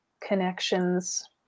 connections